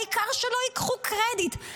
העיקר שלא ייקחו קרדיט.